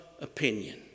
opinion